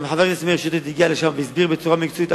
גם חבר הכנסת מאיר שטרית הגיע לשם והסביר בצורה מקצועית.